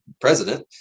president